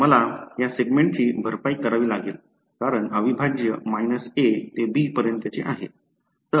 तर मला या सेगमेंटची भरपाई करावी लागेल कारण अविभाज्य a ते b पर्यंतचे आहे